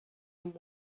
and